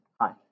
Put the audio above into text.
Hi